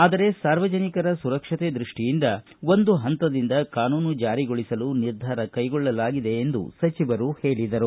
ಆದರೆ ಸಾರ್ವಜನಿಕರ ಸುರಕ್ಷತೆ ದೃಷ್ಟಿಯಿಂದ ಒಂದು ಪಂತದಿಂದ ಕಾನೂನು ಜಾರಿಗೊಳಿಸಲು ನಿರ್ಧಾರ ಕೈಗೊಳ್ಳಲಾಗಿದೆ ಎಂದು ಸಚಿವರು ಹೇಳಿದರು